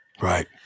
Right